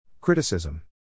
Criticism